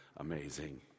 Amazing